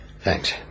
Thanks